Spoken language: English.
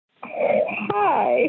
Hi